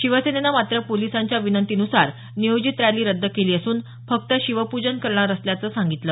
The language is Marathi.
शिवसेनेनं मात्र पोलिसांच्या विनंतीनुसार नियोजित रॅली रद्द केली असून फक्त शिवपूजन करणार असल्याच सागितल